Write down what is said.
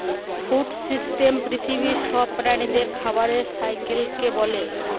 food system পৃথিবীর সব প্রাণীদের খাবারের সাইকেলকে বলে